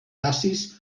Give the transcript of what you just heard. dacis